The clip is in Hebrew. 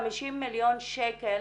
50 מיליון שקל